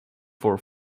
for